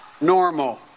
normal